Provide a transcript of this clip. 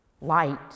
light